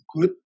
good